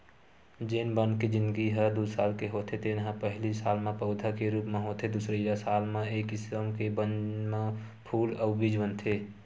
जेन बन के जिनगी ह दू साल के होथे तेन ह पहिली साल म पउधा के रूप म होथे दुसरइया साल म ए किसम के बन म फूल अउ बीज बनथे